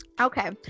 Okay